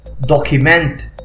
Document